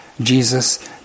Jesus